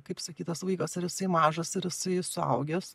kaip sakyt tas vaikas ar jisai mažas ar jisai suaugęs